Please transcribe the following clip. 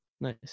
nice